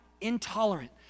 intolerant